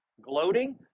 gloating